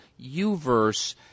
UVerse